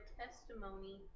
testimony